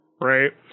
right